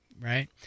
right